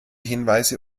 hinweise